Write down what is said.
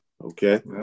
Okay